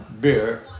beer